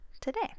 today